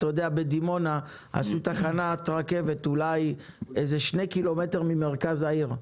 בדימונה עשו תחנת רכבת 2 קילומטר ממרכז העיר.